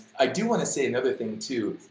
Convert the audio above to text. i do wanna say another thing, too,